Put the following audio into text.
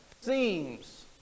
seems